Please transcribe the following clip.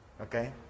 Okay